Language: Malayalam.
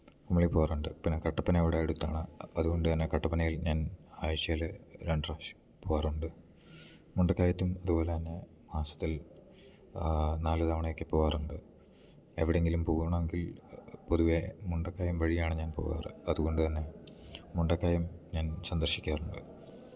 കുമളി പോവാറുണ്ട് പിന്നെ കട്ടപ്പന അവിടെ അടുത്താണ് അതുകൊണ്ട് തന്നെ കട്ടപ്പനയിൽ ഞാൻ ആഴ്ചയിൽ രണ്ടുപ്രാവശ്യം പോവാറുണ്ട് മുണ്ടക്കയത്തും അതുപോലെതന്നെ മാസത്തിൽ നാല് തവണയെക്കെ പോവാറുണ്ട് എവിടെയെങ്കിലും പോവണമെങ്കിൽ പൊതുവേ മുണ്ടക്കയം വഴിയാണ് ഞാൻ പോവാറ് അതുകൊണ്ട് തന്നെ മുണ്ടക്കയം ഞാൻ സന്ദർശിക്കാറുണ്ട്